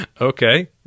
Okay